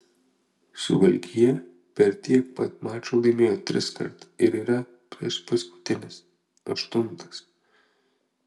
suvalkija per tiek pat mačų laimėjo triskart ir yra priešpaskutinis aštuntas